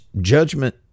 judgment